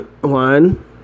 One